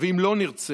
ואם לא נרצה,